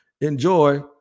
enjoy